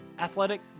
athletic